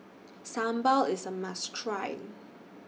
Sambal IS A must Try